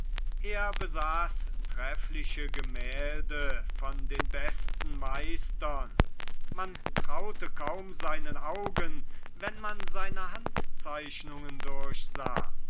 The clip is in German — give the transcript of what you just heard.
er besaß treffliche gemälde von den besten meistern man traute kaum seinen augen wenn man seine handzeichnungen durchsah